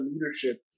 leadership